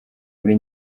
muri